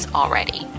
already